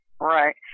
Right